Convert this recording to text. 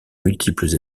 multiples